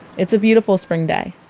it's a beautiful spring day.